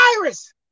virus